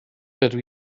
dydw